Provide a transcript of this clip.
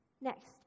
next